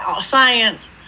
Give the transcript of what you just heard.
science